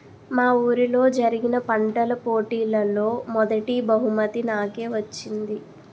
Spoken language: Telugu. మా వూరిలో జరిగిన పంటల పోటీలలో మొదటీ బహుమతి నాకే వచ్చింది